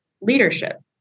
leadership